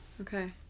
Okay